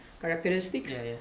characteristics